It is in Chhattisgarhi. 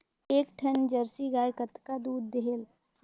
एक ठन जरसी गाय कतका दूध देहेल?